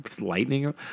lightning